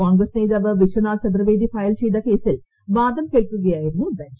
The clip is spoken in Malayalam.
കോൺഗ്രസ്സ് നേതാവ് വിശ്വനാഥ് ചതുർവേദി ഫയൽ ചെയ്ത കേസിൽ വാദം കേൾക്കുകയായിരുന്നു ബഞ്ച്